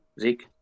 Zeke